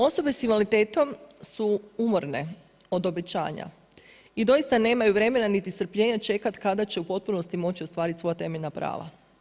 Osobe s invaliditetom su umorne od obećanja i doista nemaju vremena niti strpljenja čekati kada će u potpunosti moći ostvariti svoja temeljna prava.